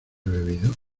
bebido